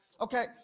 Okay